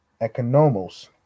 Economos